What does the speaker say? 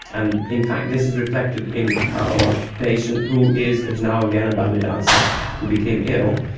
and in fact this is reflected in our patient who is now again a ballet dancer who became ill,